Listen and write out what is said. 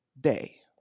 day